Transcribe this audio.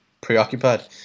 preoccupied